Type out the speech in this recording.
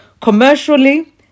commercially